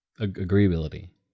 Agreeability